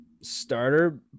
starter